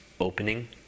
opening